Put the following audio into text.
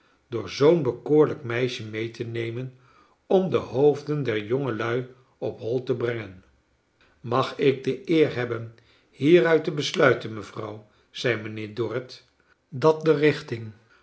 ek oorl ijk meisje mee te nemen om de hoofden der jongelui op hoi te brengen mag ik de eer hebben meruit te besluiten mevrouw zei mijnheer dorrit dat de richting